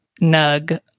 nug